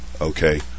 okay